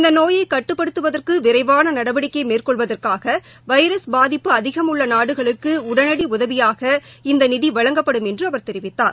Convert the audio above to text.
இந்த நோயை கட்டுப்படுத்துவதற்கு விரைவான நடவடிக்கை மேற்கொள்வதற்காக வைரஸ் பாதிப்பு அதிகம் உள்ள நாடுகளுக்கு உடனடி உதவியாக இந்த நிதி வழங்கப்படும் என்று அவர் தெரிவித்தார்